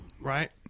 right